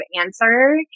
answer